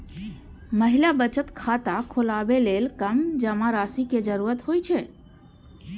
महिला बचत खाता खोलबै लेल कम जमा राशि के जरूरत होइ छै